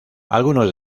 algunos